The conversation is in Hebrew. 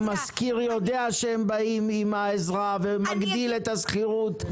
המשכיר יודע שהם באים עם העזרה ומגדיל את השכירות,